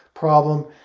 problem